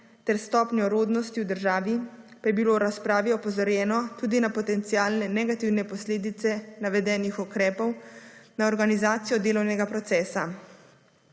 ter stopnjo rodnosti v državi, pa je bilo v razpravi opozorjeno tudi na potencialne negativne posledice navedenih ukrepov, na organizacijo delovnega procesa.